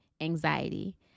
Anxiety